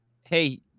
hey